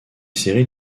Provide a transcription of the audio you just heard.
séries